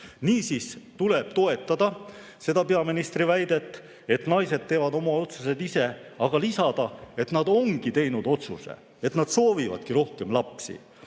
Niisiis tuleb toetada seda peaministri väidet, et naised teevad oma otsused ise, aga lisada, et nad ongi teinud otsuse, et nad soovivadki rohkem lapsi.